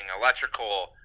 electrical